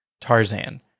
Tarzan